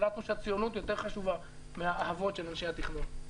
החלטנו שהציונות יותר חשובה מהאהבות של אנשי התכנון.